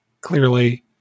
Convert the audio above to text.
clearly